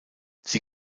sie